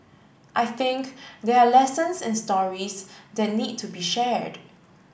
I think there are lessons and stories that need to be shared